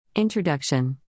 Introduction